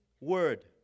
word